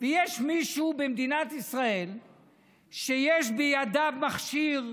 יש מישהו במדינת ישראל שיש בידיו מכשיר,